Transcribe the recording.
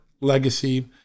legacy